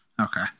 Okay